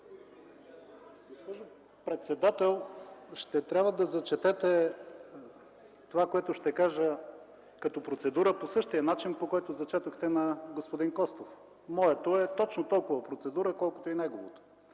председател, ще трябва да зачетете това, което ще кажа като процедура, по същия начин, по който зачетохте на господин Костов. Моето е точно толкова процедура, колкото и неговото.